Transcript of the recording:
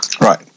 Right